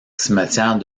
cimetière